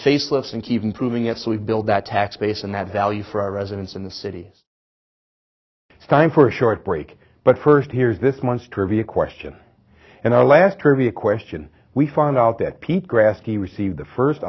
facelift and keep improving it so we build that tax base and that value for our residents in the city it's time for a short break but first here is this month's trivia question and our last trivia question we find out that pete grassley received the first